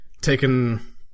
taken